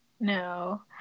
No